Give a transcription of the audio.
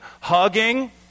hugging